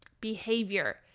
behavior